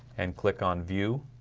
and click on view